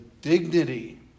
dignity